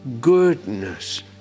Goodness